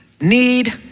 need